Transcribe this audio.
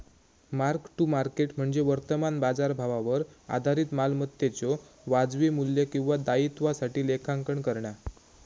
mark to market म्हणजे वर्तमान बाजारभावावर आधारित मालमत्तेच्यो वाजवी मू्ल्य किंवा दायित्वासाठी लेखांकन करणा